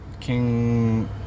King